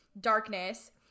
darkness